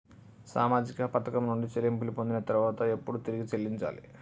సామాజిక పథకం నుండి చెల్లింపులు పొందిన తర్వాత ఎప్పుడు తిరిగి చెల్లించాలి?